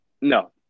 No